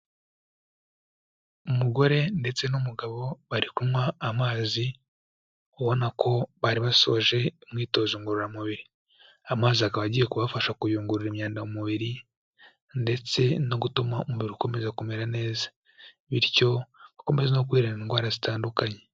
Umugore ndetse n'umugabo bari kunywa amazi, ubona ko bari basoje imyitozo ngororamubiri, amazi akaba agiye kubafasha kuyungurura imyanda mu mubiri ndetse no gutuma umubiri ukomeza kumera neza, bityo bakomeza no kwirinda indwara zitandukanye.